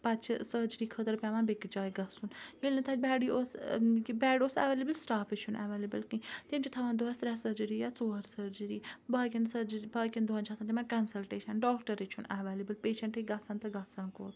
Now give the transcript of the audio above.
پَتہٕ چھِ سرجری خٲطرٕ پیٚوان بیٚکِس جایہِ گَژھُن ییٚلہِ نہٕ تَتہِ بیٚڈے اوس بیٚڈ اوس اَویلیبل سٹافے چھُنہٕ اَویلیبل کِہِیٖنۍ تِم چھِ دۄہَس ترے سرجری یا ژور سرجری باقیَن سرجری فاقین دۄہَن چھِ آسان تِمَن کَنسَلٹیشَن ڈاکٹَرے چھُنہٕ اَویلیبل پیشَنٹ ہَے گَژھَن تہٕ گَژھَن کوٚت